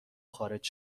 خارج